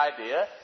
idea